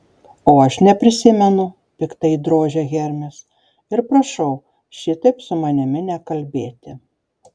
o aš neprisimenu piktai drožia hermis ir prašau šitaip su manimi nekalbėti